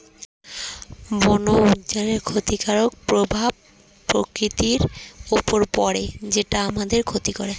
বন উজাড়ের ক্ষতিকারক প্রভাব প্রকৃতির উপর পড়ে যেটা আমাদের ক্ষতি করে